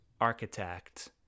architect